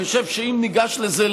אני חושב שאם ניגש לזה,